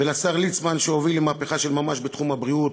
לשר ליצמן, שהוביל למהפכה של ממש בתחום הבריאות,